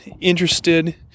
interested